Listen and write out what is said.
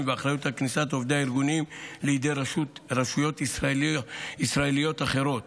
ואחריות לכניסת עובדי הארגונים לידי רשויות ישראליות אחרות,